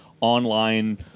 online